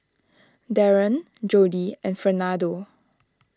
Daren Jodie and Fernando